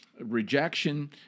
rejection